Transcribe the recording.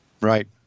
Right